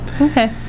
Okay